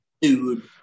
dude